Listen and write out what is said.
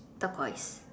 turquoise